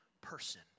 person